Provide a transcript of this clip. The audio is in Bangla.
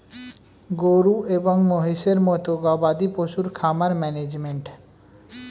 গরু এবং মহিষের মতো গবাদি পশুর খামার ম্যানেজমেন্ট